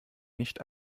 nicht